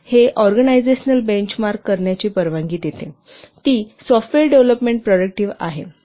हे organisational benchmark करण्याची परवानगी देते ती सॉफ्टवेअर डेव्हलपमेंट प्रोडक्टीव्ह आहे